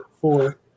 four